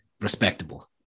respectable